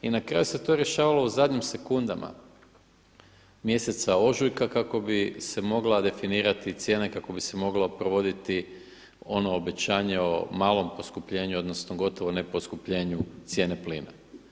I na kraju se to rješavalo u zadnjim sekundama mjeseca ožujka kako bi se mogla definirati cijena i kako bi se mogla provoditi ono obećanje o malom poskupljenju, odnosno gotovo ne poskupljenju cijene plina.